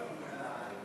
דואר זבל),